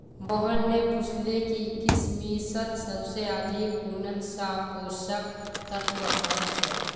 मोहन ने पूछले कि किशमिशत सबसे अधिक कुंन सा पोषक तत्व ह छे